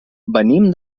venim